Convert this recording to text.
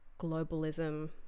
globalism